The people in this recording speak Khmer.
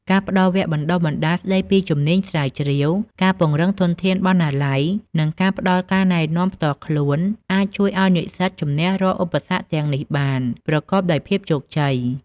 ការផ្តល់វគ្គបណ្តុះបណ្តាលស្តីពីជំនាញស្រាវជ្រាវ ការពង្រឹងធនធានបណ្ណាល័យ និងការផ្តល់ការណែនាំផ្ទាល់ខ្លួន អាចជួយឱ្យនិស្សិតជំនះរាល់ឧបសគ្គទាំងនេះបាន ប្រកបដោយភាពជោគជ័យ។